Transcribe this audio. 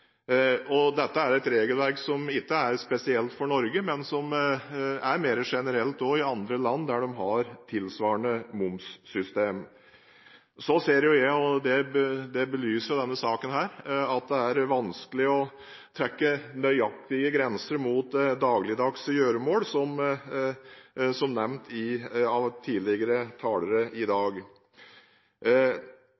Dette er et regelverk som ikke er spesielt for Norge, men som er mer generelt også i andre land der man har tilsvarende momssystem. Så ser jeg – og det belyser denne saken – at det er vanskelig å trekke nøyaktige grenser mot dagligdagse gjøremål, som nevnt av tidligere talere i